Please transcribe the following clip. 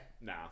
No